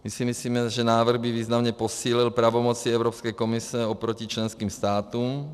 My si myslíme, že návrh by významně posílil pravomoci Evropské komise oproti členským státům.